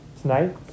tonight